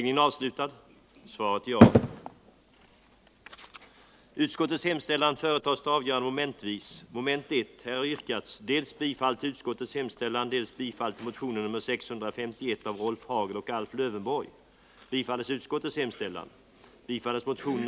n. gäller särskilda skatteregler för den som har förvärvat skogbärande mark i samband med fastighetsreglering och som gör skogsuttag för att få medel till betalning av tillskottsskogen. Reglerna innebär i princip att det erforderliga skogsuttaget inte föranleder beskattning.